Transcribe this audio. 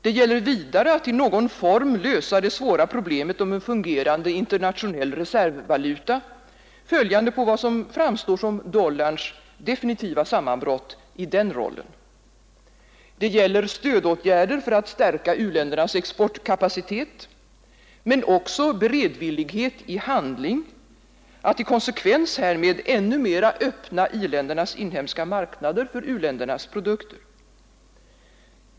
Det gäller vidare att i någon form lösa det svåra problemet om en fungerande internationell reservvaluta, följande på vad som framstår som dollarns definitiva sammanbrott i den rollen. Det gäller stödåtgärder för att stärka u-ländernas exportkapacitet men också beredvillighet — i handling — att i konsekvens härmed ännu mer öppna i-ländernas inhemska marknader för u-ländernas produkter.